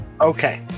Okay